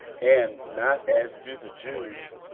and not as do the jews,